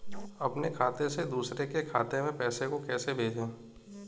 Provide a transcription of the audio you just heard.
अपने खाते से दूसरे के खाते में पैसे को कैसे भेजे?